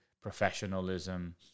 professionalism